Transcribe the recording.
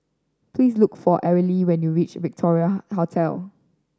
please look for Arly when you reach Victoria Hotel